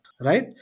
right